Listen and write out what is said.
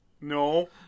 No